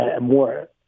More